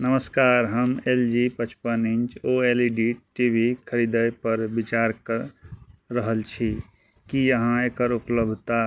नमस्कार हम L G पचपन inch O L E D T V खरीदयपर विचार कऽ रहल छी की अहाँ एकर उपलब्धता